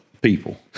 people